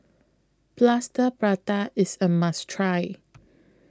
Plaster Prata IS A must Try